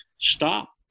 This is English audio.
stop